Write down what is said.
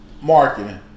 marketing